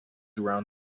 around